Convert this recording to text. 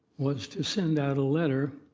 was to send out a letter,